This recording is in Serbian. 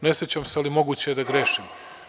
Ne sećam se, ali je moguće da grešim.